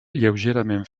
lleugerament